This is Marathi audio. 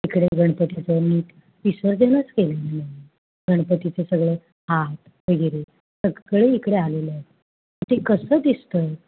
इकडे गणपतीचं नीट विसर्जनच केलेलं नाही गणपतीचे सगळे हात वगैरे सगळे इकडे आलेलं आहे तिथे कसं दिसतं